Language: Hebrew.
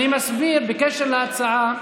אני מסביר בקשר להצעה.